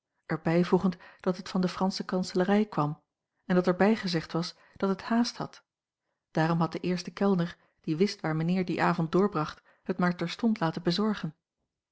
er bijvoegend dat het van de fransche kanselarij kwam en dat er bij gezegd was dat het haast had daarom had de eerste kellner die wist waar mijnheer dien avond doorbracht het maar terstond laten bezorgen